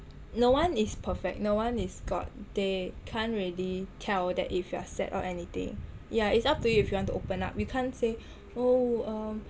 no one is perfect no one is god they can't really tell that if you are sad or anything yah it's up to you if you want to open up we can't say oh uh